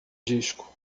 disco